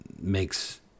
makes